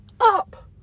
up